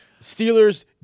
Steelers